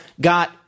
got